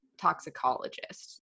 toxicologist